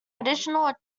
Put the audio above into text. additional